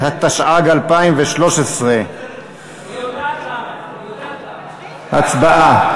התשע"ג 2013. הצבעה.